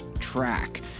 track